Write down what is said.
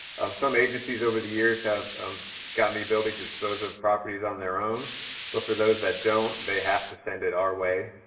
some agencies over the years have gotten the ability to dispose of properties on their own but for those that don't, they have to send it our way